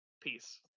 Peace